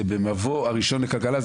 זה במבוא הראשון לכלכלה.